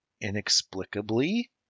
inexplicably